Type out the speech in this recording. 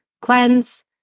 cleanse